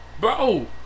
Bro